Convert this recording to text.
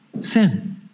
sin